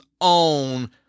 own